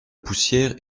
poussière